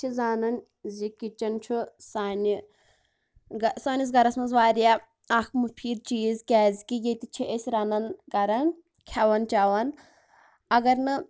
أسۍ چھِ زانان زِ کِچَن چھُ سانہِ سٲنِس گَرَس مَنٛز واریاہ اکھ مُفیٖد چیٖز کیازِ کہ ییٚتہِ چھِ أسۍ رنان کران کھیٚوان چَوان اگر نہٕ